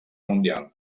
mundial